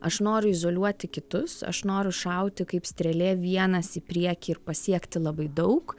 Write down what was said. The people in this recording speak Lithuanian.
aš noriu izoliuoti kitus aš noriu šauti kaip strėlė vienas į priekį ir pasiekti labai daug